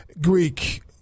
Greek